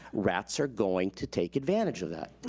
rats are going to take advantage of that.